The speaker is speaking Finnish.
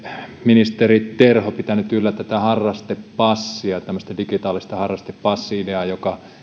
ministeri terho pitänyt yllä tätä harrastepassia tämmöistä digitaalista harrastepassi ideaa joka